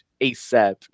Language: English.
ASAP